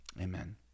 Amen